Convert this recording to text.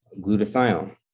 glutathione